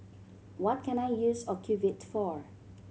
what can I use Ocuvite for